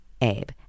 Abe